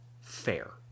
fair